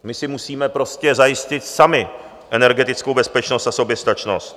My si musíme prostě zajistit sami energetickou bezpečnost a soběstačnost.